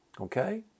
okay